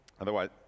Otherwise